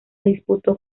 disputó